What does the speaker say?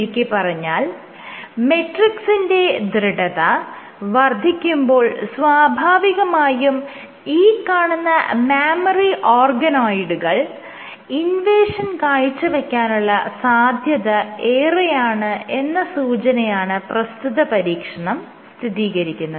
ചുരുക്കിപ്പറഞ്ഞാൽ മെട്രിക്സിന്റെ ദൃഢത വർദ്ധിക്കുമ്പോൾ സ്വാഭാവികമായും ഈ കാണുന്ന മാമ്മറി ഓർഗനോയിഡുകൾ ഇൻവേഷൻ കാഴ്ചവെക്കാനുള്ള സാധ്യത ഏറെയാണ് എന്ന സൂചനയാണ് പ്രസ്തുത പരീക്ഷണം സ്ഥിതീകരിക്കുന്നത്